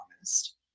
honest